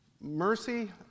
mercy